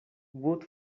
wood